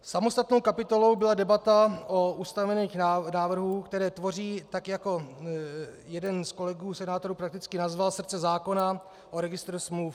Samostatnou kapitolou byla debata o ustanovených návrhů (?), které tvoří, tak jak to jeden z kolegů senátorů prakticky nazval, srdce zákona o registru smluv.